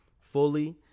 fully